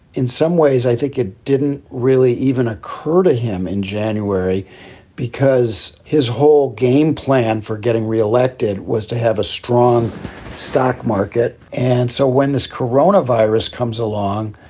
in some ways, i think it didn't really even occur to him in january because his whole game plan for getting reelected was to have a strong stock market. and so when this corona virus comes along,